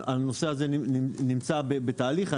הנושא הזה נמצא בתהליך.